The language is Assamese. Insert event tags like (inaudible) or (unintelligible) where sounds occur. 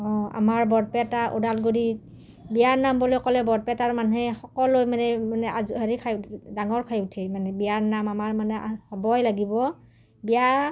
অঁ আমাৰ বৰপেটা ওদালগুৰিত বিয়াৰ নাম বুলি ক'লে বৰপেটাৰ মানুহে সকলোৱে মানে মানে (unintelligible) হেৰি খাই উঠে জাঙোৰ খাই উঠি মানে বিয়াৰ নাম আমাৰ মানে (unintelligible) হ'বই লাগিব বিয়া